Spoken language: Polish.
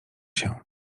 się